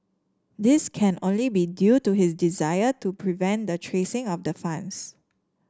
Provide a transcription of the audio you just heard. this can only be due to his desire to prevent the tracing of the funds